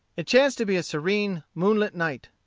it chanced to be a serene, moonlight night.